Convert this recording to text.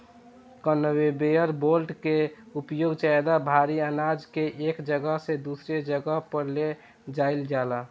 conveyor belt के उपयोग ज्यादा भारी आनाज के एक जगह से दूसरा जगह पर ले जाईल जाला